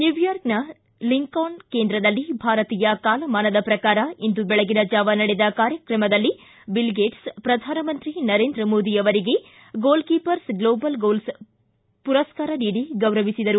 ನ್ಯೂಯಾರ್ಕ್ನ Lincoln ಕೇಂದ್ರದಲ್ಲಿ ಭಾರತೀಯ ಕಾಲಮಾನದ ಪ್ರಕಾರ ಇಂದು ವೆಳಗಿನ ಜಾವ ನಡೆದ ಕಾರ್ಯಕ್ರಮದಲ್ಲಿ ಬಿಲ್ಗೇಟ್ಸ್ ಪ್ರಧಾನಮಂತ್ರಿ ನರೇಂದ್ರ ಮೋದಿ ಅವರಿಗೆ ಗೋಲ್ ಕೀಪರ್ಸ್ ಗ್ನೋಬಲ್ ಗೋಲ್ಸ್ ಪುರಸ್ತಾರ ನೀಡಿ ಗೌರವಿಸಿದರು